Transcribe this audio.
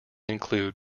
include